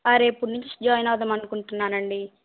ఆ రేపటి నుంచి జాయిన్ అవుదాము అనుకుంటున్నానండి